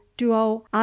Duo